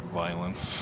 violence